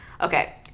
Okay